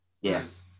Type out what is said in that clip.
yes